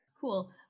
Cool